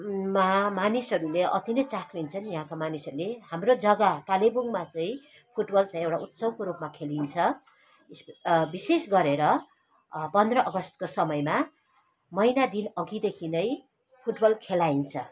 मा मानिसहरूले अति नै चाख लिन्छन् यहाँका मानिसहरूले हाम्रो जग्गा कालेबुङमा चैँ फुटबल चैँ एउडा उत्सवको रूपमा खेलिन्छ विशेष गरेर पन्द्र अगस्तको समयमा मैना दिन अघिदेखि नै फुटबल खेलाइन्छ